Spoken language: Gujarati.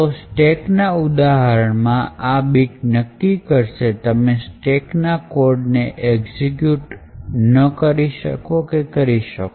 તો સ્ટેક ના ઉદાહરણમાં આ bit નક્કી કરશે કે તમે સ્ટેકના કોડને એક્ઝિક્યુટ ન કરી શકો